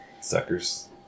suckers